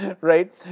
right